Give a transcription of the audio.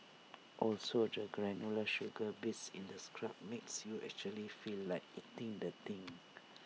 also the granular sugar bits in the scrub makes you actually feel like eating the thing